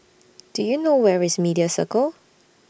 Do YOU know Where IS Media Circle